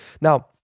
Now